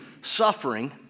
suffering